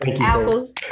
apples